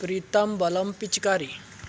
प्रितम बलम पिचकारी